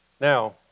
Now